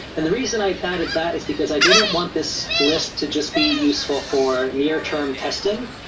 and the reason i added that is because i didn't want this list to just be useful for near-term testing.